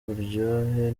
buryohe